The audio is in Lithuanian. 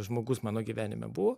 žmogus mano gyvenime buvo